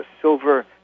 silver